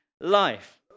life